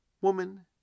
Woman